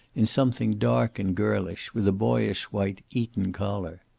in something dark and girlish with a boyish white eton collar.